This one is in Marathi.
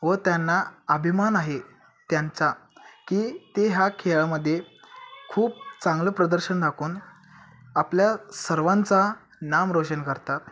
व त्यांना अभिमान आहे त्यांचा की ते ह्या खेळामध्ये खूप चांगलं प्रदर्शन दाखवून आपल्या सर्वांचा नाव रोशन करतात